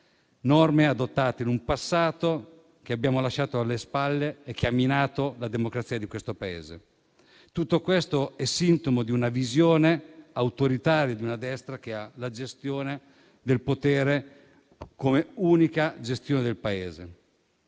norme adottate in un passato che ci siamo lasciati alle spalle e che ha minato la democrazia di questo Paese. Tutto questo è sintomo della visione autoritaria di una destra che considera la gestione del potere come unica gestione del Paese.